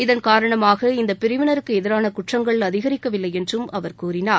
இதன் காரணமாக இந்த பிரிவினருக்கு எதிரான குற்றங்கள் அதிகரிக்கவில்லை என்றும் அவர் கூறினார்